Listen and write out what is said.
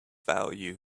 value